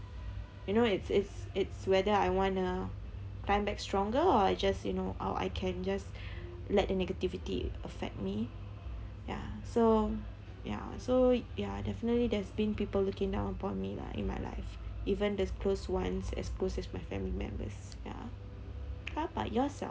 you know it is it's whether I want to climb back stronger or I just you know or I can just let the negativity affect me ya so ya so ya definitely there's been people looking down upon me lah in my life even the close ones as close as my family members ya how about yourself